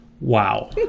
Wow